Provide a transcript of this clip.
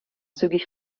zügig